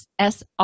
SR